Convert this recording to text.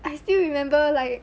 I still remember like